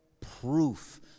proof